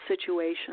situation